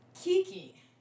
Kiki